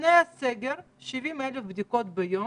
לפני הסגר היו 70,000 בדיקות היום.